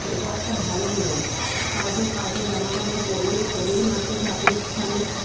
এটা একটা ভালো নিয়ম তারপর কাচা জামাকাপড় পরলে তবেই মাত্র ঠাকুরের স্থানে